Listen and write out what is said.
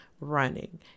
running